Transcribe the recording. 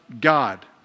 God